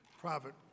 private